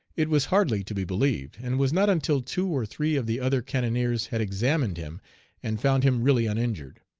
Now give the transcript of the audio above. it was hardly to be believed, and was not until two or three of the other cannoneers had examined him and found him really uninjured.